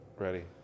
Ready